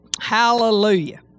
hallelujah